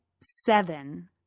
seven